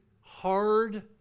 hard